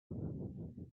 wrist